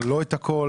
לא את הכל,